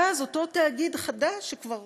ואז אותו תאגיד חדש, שכבר